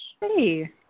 Hey